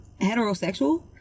heterosexual